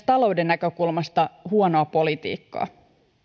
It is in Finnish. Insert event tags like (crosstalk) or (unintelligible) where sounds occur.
(unintelligible) talouden näkökulmasta huonoa politiikkaa